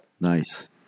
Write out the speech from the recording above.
Nice